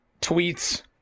tweets